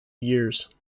years